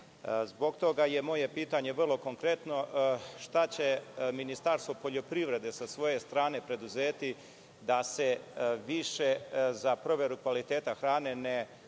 toga je moje pitanje vrlo konkretno – šta će Ministarstvo poljoprivrede sa svoje strane preduzeti da se više za proveru kvaliteta hrane ne